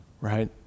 right